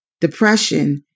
depression